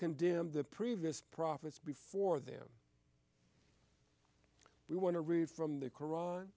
condemn the previous prophets before them we want to read from the koran